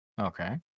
Okay